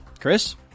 Chris